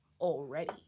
already